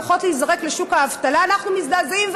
הולכות להיזרק לשוק האבטלה אנחנו מזדעזעים,